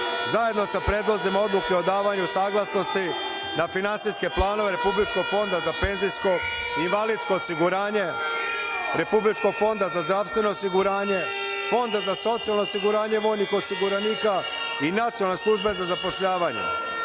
zajedno sa predlozima odluka o davanju saglasnosti na finansijske planove Republičkog fonda za PIO, Republičkog fonda za zdravstveno osiguranje, Fonda za socijalno osiguranje vojnih osiguranika i Nacionalne službe za zapošljavanje. Takođe,